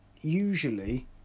usually